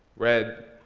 red,